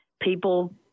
People